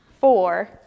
four